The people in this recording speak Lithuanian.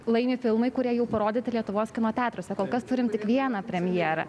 laimi filmai kurie jau parodyti lietuvos kino teatruose kol kas turime tik vieną premjerą